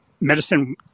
medicine